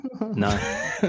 no